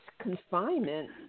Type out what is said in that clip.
confinement